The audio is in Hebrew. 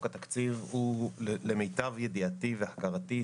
למיטב ידיעתי והכרתי,